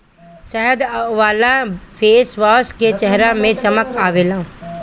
शहद वाला फेसवाश से चेहरा में चमक आवेला